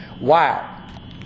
wow